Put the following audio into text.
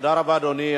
תודה רבה, אדוני.